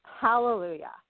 hallelujah